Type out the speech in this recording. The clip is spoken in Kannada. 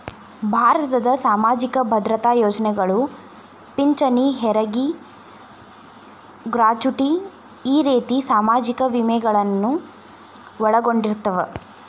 ಭಾರತದ್ ಸಾಮಾಜಿಕ ಭದ್ರತಾ ಯೋಜನೆಗಳು ಪಿಂಚಣಿ ಹೆರಗಿ ಗ್ರಾಚುಟಿ ಈ ರೇತಿ ಸಾಮಾಜಿಕ ವಿಮೆಗಳನ್ನು ಒಳಗೊಂಡಿರ್ತವ